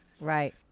right